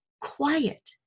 quiet